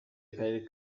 akarere